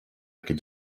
could